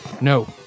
No